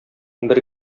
бер